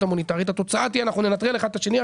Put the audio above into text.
המוניטרית התוצאה תהיה אנחנו ננטרל אחד את השני,